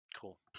cool